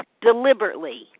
deliberately